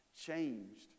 changed